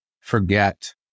forget